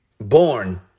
born